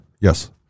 yes